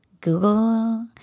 Google